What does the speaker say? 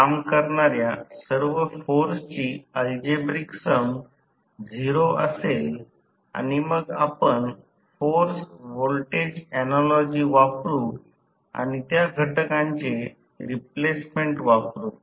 तर यामुळे single phase AC circuit मधील समान गोष्टीचा अभ्यास तुम्ही आधीच केला आहे